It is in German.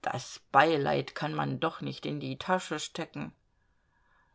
das beileid kann man doch nicht in die tasche stecken